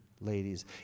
ladies